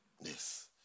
Yes